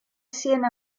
siena